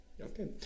Okay